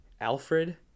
Alfred